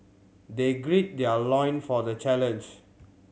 they gird their loin for the challenge